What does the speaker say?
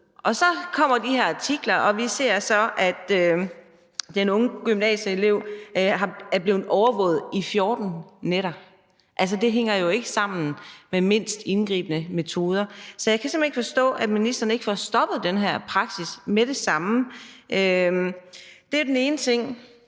Så kommer de her artikler, og vi ser så, at den unge gymnasieelev er blevet overvåget i 14 nætter. Altså, det hænger jo ikke sammen med mindst indgribende metoder. Så jeg kan simpelt hen ikke forstå, at ministeren ikke får stoppet den her praksis med det samme. Det er den ene ting.